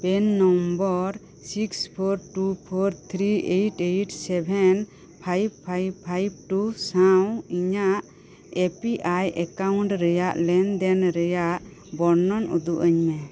PAN number six four two four three eight eight seven five five five two ᱥᱟᱶ ᱤᱧᱟᱜ ᱮ ᱯᱤ ᱚᱣᱟᱭ ᱮᱠᱟᱭᱩᱱᱴ ᱨᱮᱭᱟᱜ ᱞᱮᱱᱫᱮᱱ ᱨᱮᱭᱟᱜ ᱵᱚᱨᱱᱚᱱ ᱩᱫᱩᱜ ᱟᱹᱧ ᱢᱮ